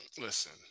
listen